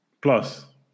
Plus